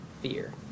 fear